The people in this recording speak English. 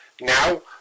Now